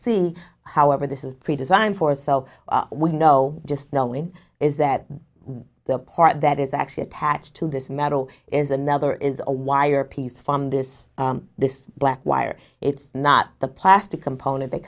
see however this is pre designed for so we know just knowing is that the part that is actually attached to this metal is another is a wire piece from this this black wire it's not the plastic component th